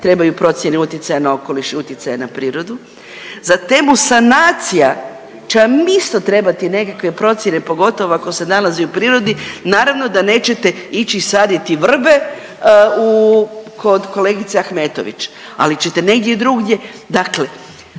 trebaju procjene utjecaja na okoliš i utjecaja na prirodu. Za temu sanacija će vam isto trebati nekakve procjene pogotovo ako se nalazi u prirodi. Naravno da nećete ići saditi vrbe u kod kolegice Ahmetović, ali ćete negdje drugdje,